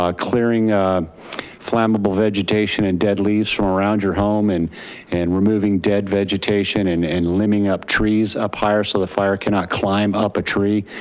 um clearing flammable vegetation and dead leaves from around your home. and and removing dead vegetation and and limbing up trees up higher so the fire cannot climb up a tree.